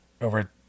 over